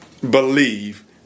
believe